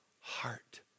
heart